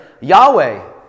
Yahweh